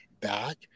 back